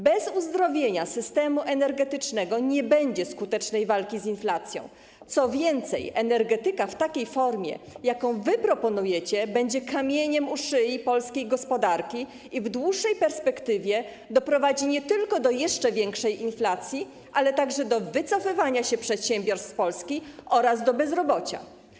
Bez uzdrowienia systemu energetycznego nie będzie skutecznej walki z inflacją, co więcej, energetyka w takiej formie, jaką wy proponujecie, będzie kamieniem u szyi polskiej gospodarki i w dłuższej perspektywie doprowadzi nie tylko do jeszcze większej inflacji, ale także do wycofywania się przedsiębiorstw z Polski oraz bezrobocia.